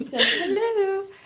Hello